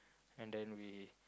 and then we